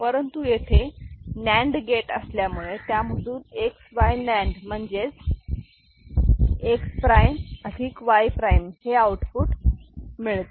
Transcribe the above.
परंतु येथें NAND gate असल्यामुळे त्यामधून X Y नांड म्हणजेच X प्राईम अधिक Y प्राईम हे आउटपुट मिळते